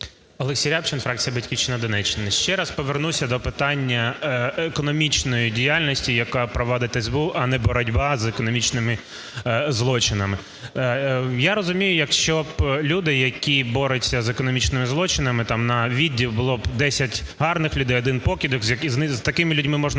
Олексій Рябчин, фракція "Батьківщина", Донеччина. Ще раз повернуся до питання економічної діяльності, яку провадить СБУ, а не боротьба з економічними злочинами. Я розумію, якщо б люди, які борються з економічними злочинами, там на відділ було 10 гарних людей, а один покидьок, з такими людьми можна